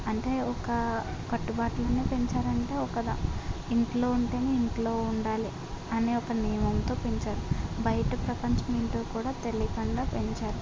అంటే ఒక కట్టుబాటులోనే పెంచారు అంటే ఇంట్లో ఉంటేనే ఇంట్లో ఉండాలి అనే ఒక నియమంతో పెంచారు బయట ప్రపంచం ఏంటో కూడా తెలియకుండా పెంచారు